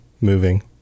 moving